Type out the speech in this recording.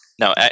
No